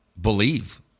believe